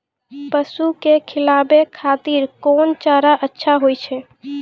पसु के खिलाबै खातिर कोन चारा अच्छा होय छै?